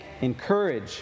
encourage